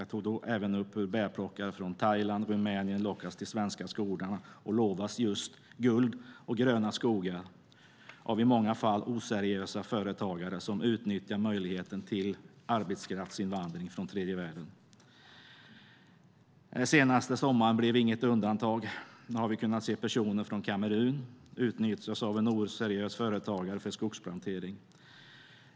Jag tog då även upp hur bärplockare från Thailand och Rumänien lockats till de svenska skogarna och lovats just guld och gröna skogar av i många fall oseriösa företagare som utnyttjar möjligheten till arbetskraftsinvandring från tredje världen. Senaste sommaren blev inget undantag. Nu har vi kunnat se hur personer från Kamerun har utnyttjats av en oseriös företagare för skogsplantering.